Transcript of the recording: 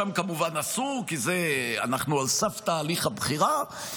שם כמובן אסור, כי אנחנו על סף תהליך הבחירה.